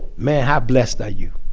man, how blessed are you?